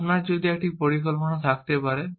আপনার একটি পরিকল্পনা থাকতে পারে